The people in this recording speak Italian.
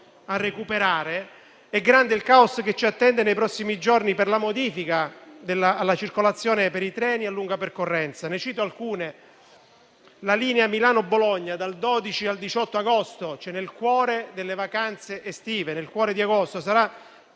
a recuperare, è grande il caos che ci attende nei prossimi giorni per la modifica della circolazione dei treni a lunga percorrenza. Cito alcuni esempi. La linea AV Milano-Bologna, dal 12 al 18 agosto, cioè nel cuore delle vacanze estive, sarà interrotta